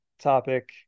topic